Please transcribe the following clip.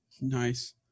Nice